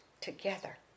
together